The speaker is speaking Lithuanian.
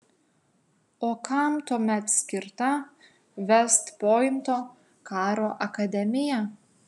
o kam tuomet skirta vest pointo karo akademija